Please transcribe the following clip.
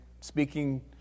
speaking